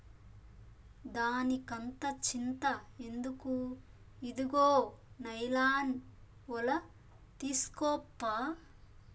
దానికంత చింత ఎందుకు, ఇదుగో నైలాన్ ఒల తీస్కోప్పా